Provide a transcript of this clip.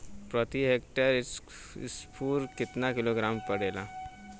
प्रति हेक्टेयर स्फूर केतना किलोग्राम परेला?